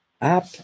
app